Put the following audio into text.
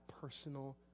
personal